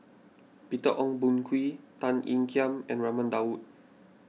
Peter Ong Boon Kwee Tan Ean Kiam and Raman Daud